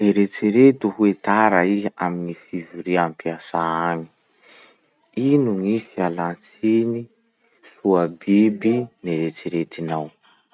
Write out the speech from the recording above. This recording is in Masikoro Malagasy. Eritsereto hoetara iha amy gny fivoria ampiasà agny. Ino gny fialantsiny soa biby neritsiretinao?